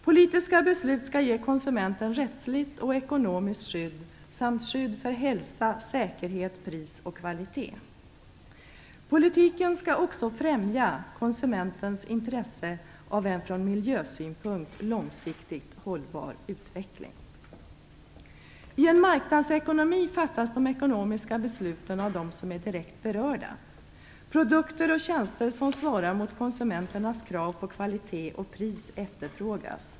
Politiska beslut skall ge konsumenten rättsligt och ekonomiskt skydd samt skydd för hälsa, säkerhet, pris och kvalitet. Politiken skall också främja konsumentens intresse av en från miljösynpunkt långsiktigt hållbar utveckling. I en marknadsekonomi fattas de ekonomiska besluten av dem som är direkt berörda. Produkter och tjänster som svarar mot konsumenternas krav på kvalitet och pris efterfrågas.